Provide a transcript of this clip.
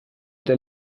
der